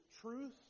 truth